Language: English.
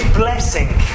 blessing